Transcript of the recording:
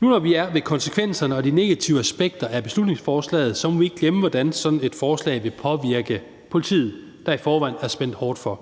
Nu, når vi er ved konsekvenserne og de negative aspekter af beslutningsforslaget, må vi ikke glemme, hvordan sådan et forslag vil påvirke politiet, der i forvejen er spændt hårdt for.